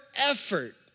effort